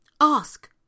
Ask